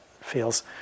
feels